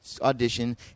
audition